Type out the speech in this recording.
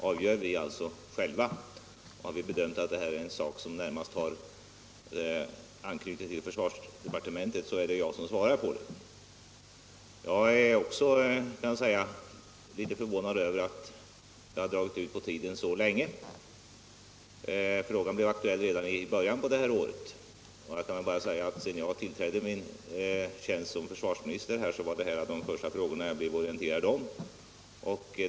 Eftersom vi har bedömt det så att detta är en sak som närmast har anknytning till försvarsdepartementet, är det jag som svarar. Även jag är litet förvånad över att detta ärende har dragit ut på tiden så länge. Frågan blev aktuell redan i början av detta år. När jag tillträdde min post såsom försvarsminister, var detta en av de första frågor jag blev orienterad om.